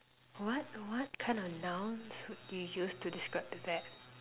what what kind of nouns would you use to describe that